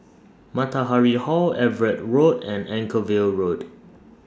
Matahari Hall Everitt Road and Anchorvale Road